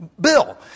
bill